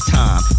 time